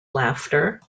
laughter